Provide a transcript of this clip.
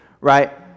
right